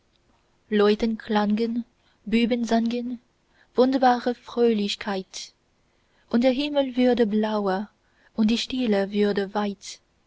lauten klangen buben sangen wunderbare fröhlichkeit und der himmel wurde blauer und die seele wurde weit